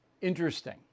interesting